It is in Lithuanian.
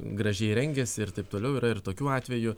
gražiai rengiasi ir taip toliau yra ir tokių atvejų